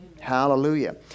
Hallelujah